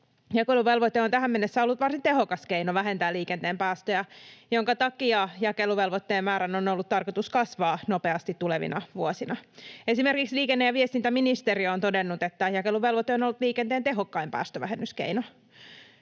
Jakeluvelvoite on tähän mennessä ollut varsin tehokas keino vähentää liikenteen päästöjä, minkä takia jakeluvelvoitteen määrän on ollut tarkoitus kasvaa nopeasti tulevina vuosina. Esimerkiksi liikenne- ja viestintäministeriö on todennut, että jakeluvelvoite on ollut liikenteen tehokkain päästövähennyskeino.